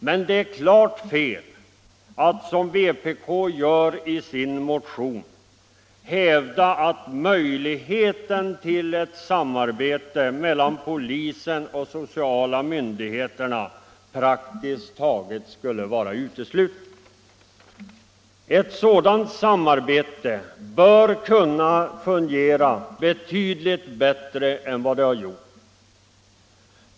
Men det är klart fel att, som vpk gör i sin motion, hävda att möjligheten till ett samarbete mellan polisen och de sociala myndigheterna praktiskt taget skulle vara utesluten. Ett sådant samarbete bör kunna fungera betydligt bättre än vad det har gjort.